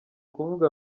kuvuga